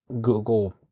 Google